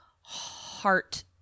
heart